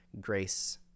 grace